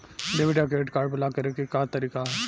Debit या credit card block करे के का तरीका ह?